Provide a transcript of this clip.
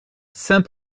saint